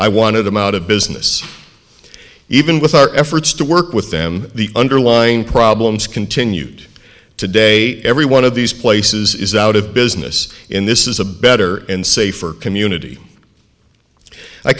i wanted them out of business even with our efforts to work with them the underlying problems continued today every one of these places is out of business in this is a better and safer community